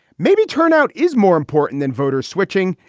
maybe turnout is more important than voter switching.